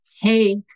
hey